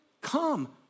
come